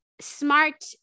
smart